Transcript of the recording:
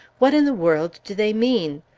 what in the world do they mean?